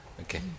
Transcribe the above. Okay